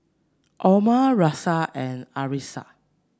Omar Raisya and Arissa